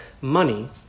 money